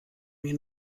mir